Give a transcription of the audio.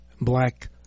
black